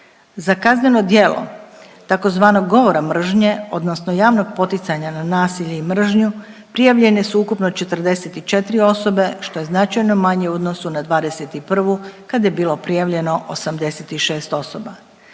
Za kazneno djelo tzv. govora mržnje odnosno javnog poticanja na nasilje i mržnju prijavljene su ukupno 44 osobe što je značajno manje u odnosu na '21. kad je bilo prijavljeno 86 osoba.